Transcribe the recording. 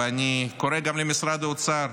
ואני קורא גם למשרד האוצר,